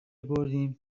بردیم